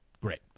Great